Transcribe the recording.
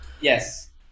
yes